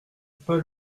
pas